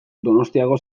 donostiako